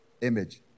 image